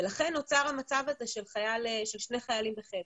לכן נוצר המצב של שני חיילים בחדר.